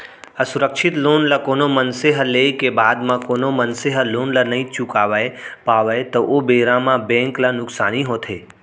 असुरक्छित लोन ल कोनो मनसे ह लेय के बाद म कोनो मनसे ह लोन ल नइ चुकावय पावय त ओ बेरा म बेंक ल नुकसानी होथे